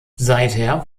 seither